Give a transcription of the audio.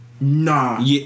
Nah